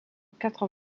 quatre